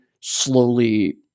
slowly